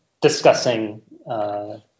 discussing